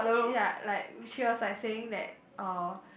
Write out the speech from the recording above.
ya like she was like saying that uh